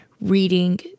reading